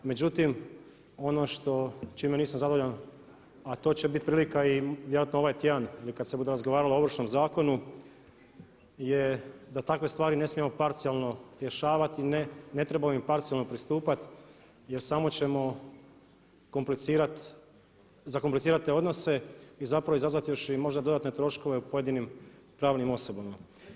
Međutim, ono čime nisam zadovoljan, a to će biti prilika i vjerojatno ovaj tjedan ili kada se bude razgovaralo o Ovršnom zakonu je da takve stvari ne smijemo parcijalno rješavati, ne treba im parcijalno pristupat jer samo ćemo zakomplicirati te odnose i izazvati još i možda dodatne troškove u pojedinim pravnim osobama.